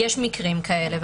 יש מקרים כאלה.